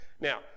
Now